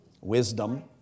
Wisdom